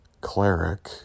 cleric